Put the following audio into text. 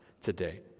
today